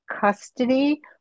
custody